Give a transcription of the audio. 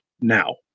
now